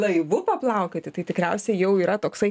laivu paplaukioti tai tikriausiai jau yra toksai